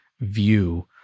view